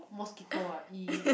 mosquito ah E